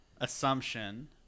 assumption